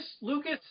Lucas